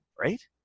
right